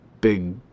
big